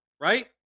Right